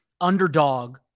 underdog